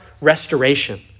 restoration